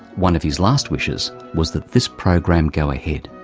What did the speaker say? one of his last wishes was that this program go ahead.